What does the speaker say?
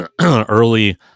early